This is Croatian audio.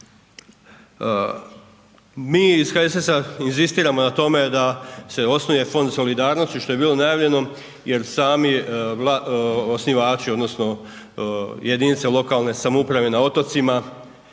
Mi iz HSS-a inzistiramo na tome da se osnuje fond solidarnosti što je bilo najavljeno jer sami osnivači odnosno jedinice lokalne samouprave na otocima